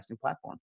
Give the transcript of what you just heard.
platform